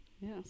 Yes